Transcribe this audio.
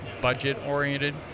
budget-oriented